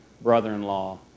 brother-in-law